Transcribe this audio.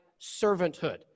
servanthood